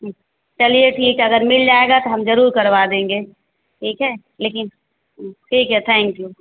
चलिए ठीक है अगर मिल जाएगा तो हम ज़रूर करवा देंगे ठीक है लेकिन ठीक है थैंक यू